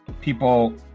people